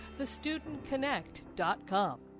TheStudentConnect.com